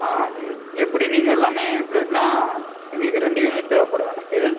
ஆ ஆ எப்படி நீங்கள் எல்லாமே பிளட்டெலாம் எங்களுக்கு ரெண்டு யூனிட் தேவைப்படும் எனக்கு